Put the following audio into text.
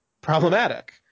problematic